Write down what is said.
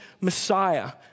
Messiah